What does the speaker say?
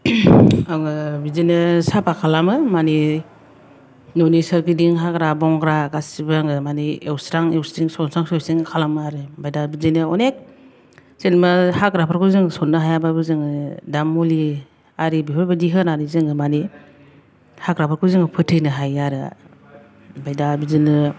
आङो बिदिनो साफा खालामो माने न'नि सोरगिदिं हाग्रा बंग्रा गासिबो आङो माने एवस्रां एवस्रिं सनस्रां सनस्रिं खालामो आरो ओमफ्राय दा बिदिनो अनेख जेनेबा हाग्राफोरखौ जों सननो हायाबाबो जोङो दा मुलि आरि बेफोरबायदि होनानै जोङो माने हाग्राफोरखौ जोङो फोथैनो हायो आरो ओमफ्राय दा बिदिनो